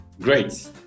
Great